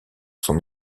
son